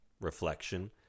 reflection